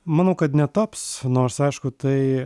manau kad netaps nors aišku tai